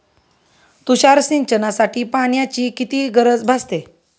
तुषार सिंचनासाठी पाण्याची किती गरज भासते?